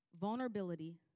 Vulnerability